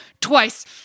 twice